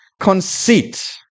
conceit